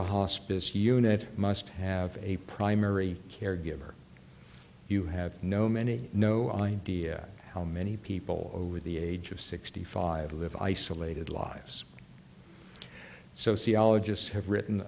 a hospice unit must have a primary caregiver you have no many no idea how many people over the age of sixty five live isolated lives sociologists have written